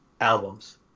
albums